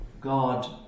God